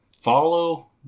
follow